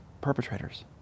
perpetrators